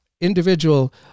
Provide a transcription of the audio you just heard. individual